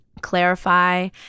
clarify